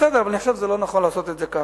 בסדר, אבל אני חושב שזה לא נכון לעשות את כך,